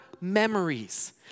memories